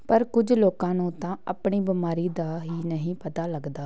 ਪਰ ਕੁਝ ਲੋਕਾਂ ਨੂੰ ਤਾਂ ਆਪਣੀ ਬਿਮਾਰੀ ਦਾ ਹੀ ਨਹੀਂ ਪਤਾ ਲੱਗਦਾ